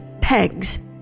pegs